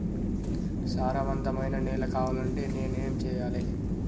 సారవంతమైన నేల కావాలంటే నేను ఏం చెయ్యాలే?